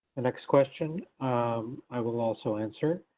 next question um i will also answer.